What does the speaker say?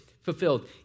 fulfilled